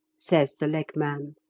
says the leg man.